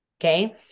Okay